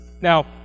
Now